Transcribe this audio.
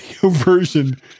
version